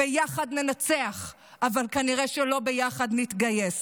"ביחד ננצח", אבל כנראה שלא ביחד נתגייס.